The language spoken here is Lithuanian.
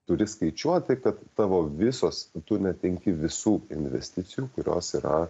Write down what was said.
turi skaičiuoti kad tavo visos tu netenki visų investicijų kurios yra